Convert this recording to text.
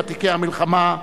ותיקי המלחמה,